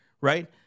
right